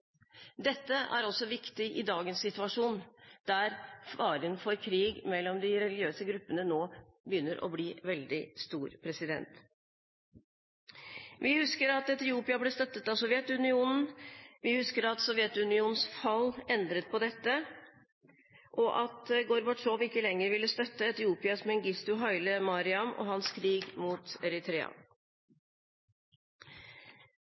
Dette er også viktig i dagens situasjon, for faren for krig mellom de religiøse gruppene begynner nå å bli veldig stor. Vi husker at Etiopia ble støttet av Sovjetunionen. Vi husker at Sovjetunionens fall endret på dette, og at Gorbatsjov ikke lenger ville støtte Etiopias Mengistu Haile Mariam og hans krig mot Eritrea.